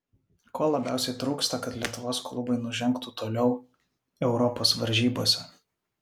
ko labiausiai trūksta kad lietuvos klubai nužengtų toliau europos varžybose